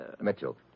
Mitchell